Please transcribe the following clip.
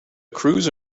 cruise